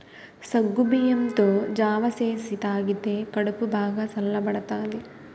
సగ్గుబియ్యంతో జావ సేసి తాగితే కడుపు బాగా సల్లబడతాది